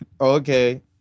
Okay